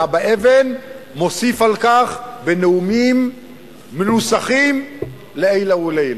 ואבא אבן מוסיף על כך בנאומים מנוסחים לעילא ולעילא.